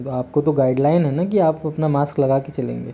आप को तो गाइडलाइन है ना कि आप अपना मास्क लगा के चलेंगे